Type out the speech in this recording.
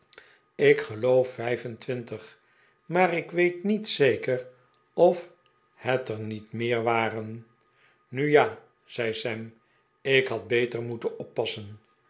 ik geloof vijf en twintig maar ik weet niet zeker of het er niet meer waren nu ja zei sam ik had beter moeten oppasseh